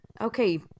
Okay